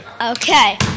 Okay